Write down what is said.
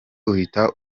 uhita